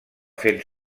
fent